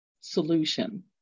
solution